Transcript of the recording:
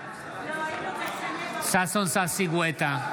בעד ששון ששי גואטה,